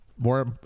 More